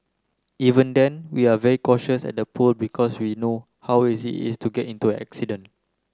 even then we're very cautious at the pool because we know how easy is to get into an accident